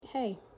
Hey